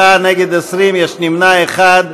44, נגד, 20, נמנע אחד.